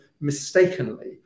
mistakenly